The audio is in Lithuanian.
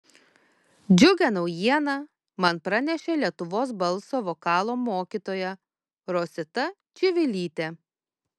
džiugią naujieną man pranešė lietuvos balso vokalo mokytoja rosita čivilytė